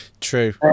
True